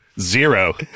zero